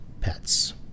pets